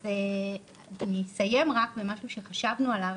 אז אני אסיים רק במשהו שחשבנו עליו,